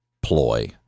ploy